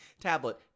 tablet